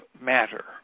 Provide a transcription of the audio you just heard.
matter